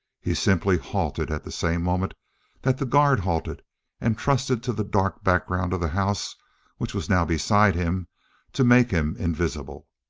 he simply halted at the same moment that the guard halted and trusted to the dark background of the house which was now beside him to make him invisible.